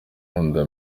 nkunda